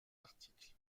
article